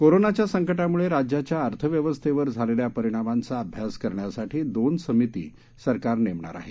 कोरोनाच्या सक्टिपमुळे राज्याच्या अर्थव्यवस्थेवर झालेल्या परिणामाची अभ्यास करण्यासाठी दोन समिती सरकार नेमणार आहे